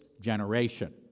generation